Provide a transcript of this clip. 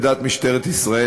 עמדת משטרת ישראל,